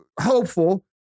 hopeful